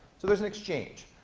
so there's an exchange.